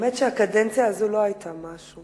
האמת היא שהקדנציה הזאת לא היתה משהו,